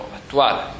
attuale